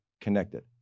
connected